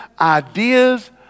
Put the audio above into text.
ideas